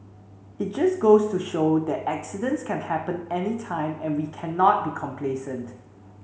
it just goes to show that accidents can happen anytime and we cannot become complacent